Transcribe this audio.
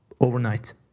overnight